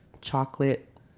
chocolate